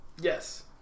Yes